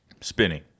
spinning